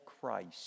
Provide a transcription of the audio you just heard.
Christ